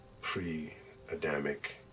pre-Adamic